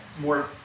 more